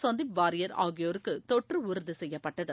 சந்தீப் வாரியர் ஆகியோருக்கு தொற்று உறுதி செய்யப்பட்டது